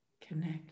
connect